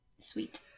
Sweet